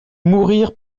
mourir